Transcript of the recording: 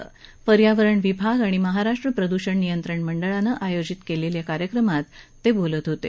ते काल पर्यावरण विभाग आणि महाराष्ट्र प्रदूषण नियंत्रण मंडळानं आयोजित केलेल्या कार्यक्रमात बोलत होते